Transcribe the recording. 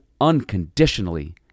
unconditionally